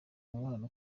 umubano